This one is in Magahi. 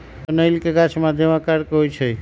कनइल के गाछ मध्यम आकर के होइ छइ